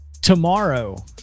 Tomorrow